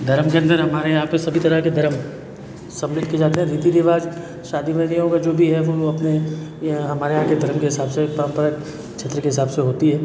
धर्म के अंदर हमारे यहाँ पे सभी तरह के धर्म सब लिखके जाते हैं रीती रिवाज़ शादी में भी होंगे जो भी है वो अपने यहाँ हमारे यहाँ के धर्म के हिसाब से प्रॉपर क्षेत्र के हिसाब से होती है